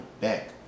Back